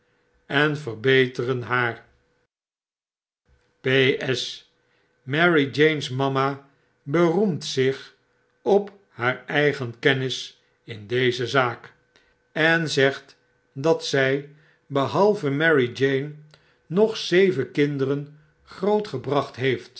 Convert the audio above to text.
en verbeteren haar p s marie jane's mama beroemt zich op haar eigen kennis in deze zaak en zegt dat zy behalve marie jane nog zeven kinderen grootgebracht heeft